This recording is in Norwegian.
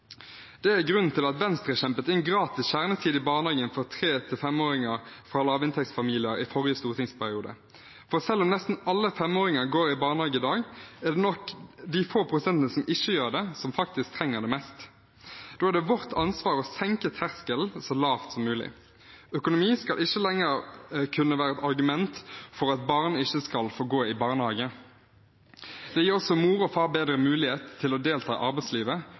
Det er grunnen til at Venstre kjempet inn gratis kjernetid i barnehagen for tre–femåringer fra lavinntektsfamilier i forrige stortingsperiode. Selv om nesten alle femåringer går i barnehage i dag, er det de få prosentene som ikke gjør det, som trenger det mest. Da er det vårt ansvar å senke terskelen så lavt som mulig. Økonomi skal ikke lenger kunne være et argument for at barn ikke skal få gå i barnehage. Det gir også mor og far bedre mulighet til å delta i arbeidslivet,